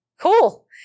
cool